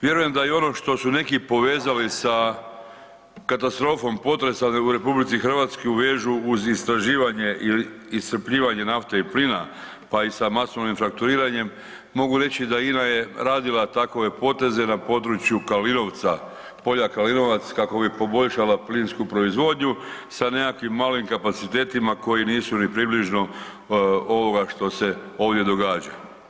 Vjerujem da i ono što su neki povezali sa katastrofom potresa u RH vežu uz istraživanje ili iscrpljivanje nafte i plina, pa i sa masovnim frakturiranjem, mogu reći da INA je radila takove poteze na području Kalinovca, polja Kalinovac kako bi poboljšala plinsku proizvodnju sa nekakvim malim kapacitetima koji nisu ni približno ovoga što se ovdje događa.